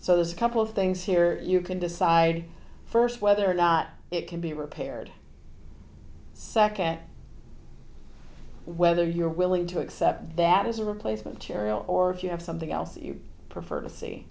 so there's a couple of things here you can decide first whether or not it can be repaired secondly whether you're willing to accept that as a replacement aerial or if you have something else that you prefer to see